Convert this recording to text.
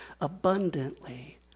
abundantly